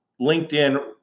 LinkedIn